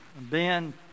Ben